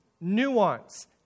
nuance